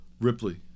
ripley